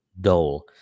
dole